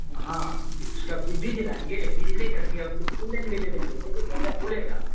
हाँ उसका बी बीज लाएँगे बीज ले करके और उसको फूलने के लिए दे देंगे चौबीस घंटा फूलेगा